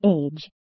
Age